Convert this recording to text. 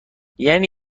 یعنی